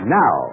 now